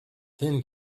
then